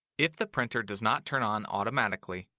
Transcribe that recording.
if the printer does not turn on automatically,